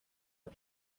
are